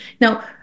Now